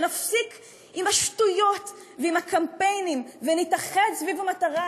ונפסיק עם השטויות ועם הקמפיינים ונתאחד סביב המטרה